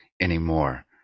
anymore